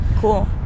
Cool